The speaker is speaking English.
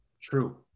True